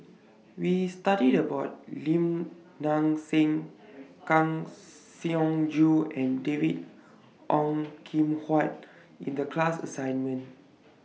We studied about Lim Nang Seng Kang Siong Joo and David Ong Kim Huat in The class assignment